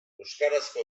euskarazko